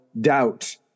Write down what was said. doubt